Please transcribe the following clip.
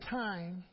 time